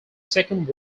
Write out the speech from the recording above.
second